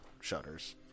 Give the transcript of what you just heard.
shutters